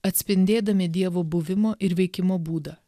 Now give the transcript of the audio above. atspindėdami dievo buvimo ir veikimo būdą